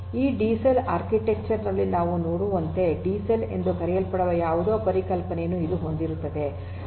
ಈ DCell architecture ನಲ್ಲಿ ನಾವು ನೋಡುವಂತೆ ಡಿಸೆಲ್ ಎಂದು ಕರೆಯಲ್ಪಡುವ ಯಾವುದೋ ಪರಿಕಲ್ಪನೆಯನ್ನು ಇದು ಹೊಂದಿರುತ್ತದೆ